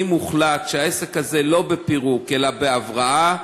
אם הוחלט שהעסק הזה לא בפירוק אלא בהבראה,